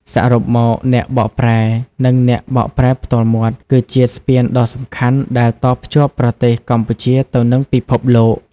សរុបមក អ្នកបកប្រែ និងអ្នកបកប្រែផ្ទាល់មាត់ គឺជាស្ពានដ៏សំខាន់ដែលតភ្ជាប់ប្រទេសកម្ពុជាទៅនឹងពិភពលោក។